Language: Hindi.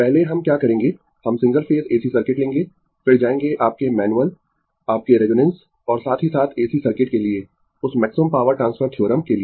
पहले हम क्या करेंगें हम सिंगल फेज AC सर्किट लेंगें फिर जायेंगें आपके मैनुअल आपके रेजोनेंस और साथ ही साथ AC सर्किट के लिए उस मैक्सिमम पावर ट्रांसफर थ्योरम के लिए